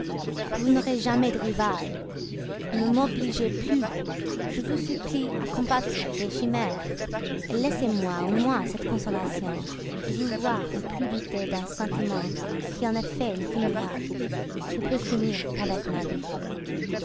vous n'aurez jamais de rivale ne m'obligez plus je vous supplie à combattre des chimères laissez-moi au moins cette consolation de vous voir ne plus douter d'un sentiment qui en effet ne finira ne peut finir qu'avec ma vie